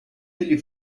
ele